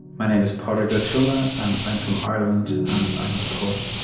my name is padraig o tuama, and i am from ireland, and i am a poet.